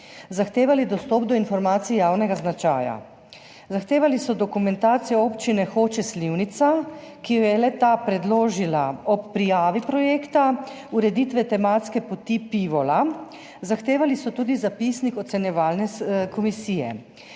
zahtevali dostop do informacij javnega značaja. Zahtevali so dokumentacijo Občine Hoče - Slivnica, ki jo je le-ta predložila ob prijavi projekta ureditve tematske poti Pivola. Zahtevali so tudi zapisnik ocenjevalne komisije.